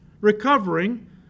recovering